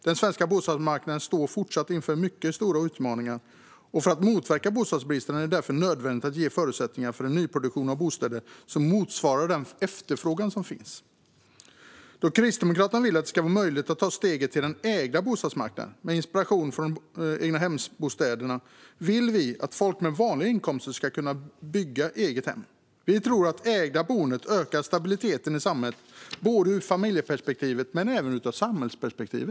Den svenska bostadsmarknaden står fortsatt inför mycket stora utmaningar. För att motverka bostadsbristen är det därför nödvändigt att ge förutsättningar för en nyproduktion av bostäder som motsvarar den efterfrågan som finns. Kristdemokraterna vill att det ska vara möjligt att ta steget till den ägda bostadsmarknaden. Med inspiration från egnahemsbostäderna vill vi att folk med vanliga inkomster ska kunna bygga egna hem. Vi tror att det ägda boendet ökar stabiliteten i samhället, både ur ett familjeperspektiv och ur ett samhällsperspektiv.